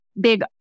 big